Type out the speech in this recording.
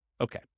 Okay